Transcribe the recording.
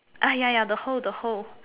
ah ya ya the hole the hole